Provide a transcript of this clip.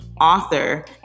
author